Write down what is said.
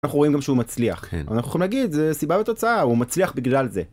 אנחנו רואים גם שהוא מצליח. אנחנו יכולים להגיד זה סיבה ותוצאה הוא מצליח בגלל זה.